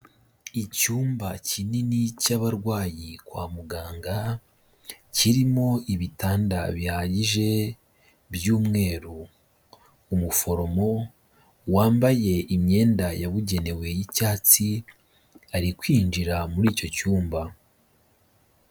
Icyumba kinini cy'abarwayi kwa muganga, kirimo ibitanda bihagije by'umweru, umuforomo wambaye imyenda yabugenewe y'icyatsi, ari kwinjira muri icyo cyumba.